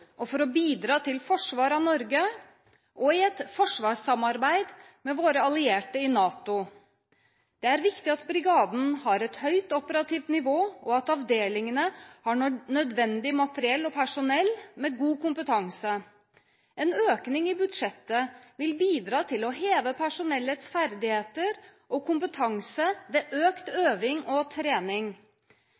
og et forsvarssamarbeid med våre allierte i NATO. Det er viktig at brigaden har et høyt operativt nivå, og at avdelingene har nødvendig materiell og personell med god kompetanse. En økning i budsjettet vil bidra til å heve personellets ferdigheter og kompetanse ved økt øving og trening.